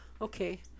Okay